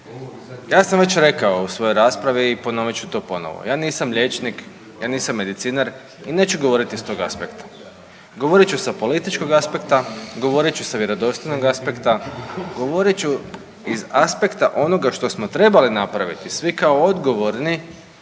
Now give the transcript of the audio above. ja sam već rekao u svojoj raspravi i ponovit ću to ponovo, ja nisam liječnik, ja nisam medicinar i neću govoriti s tog aspekta, govorit ću s političkog aspekta, govorit ću vjerodostojnog aspekta, govorit ću iz aspekta onoga što smo trebali napraviti svi kao odgovorni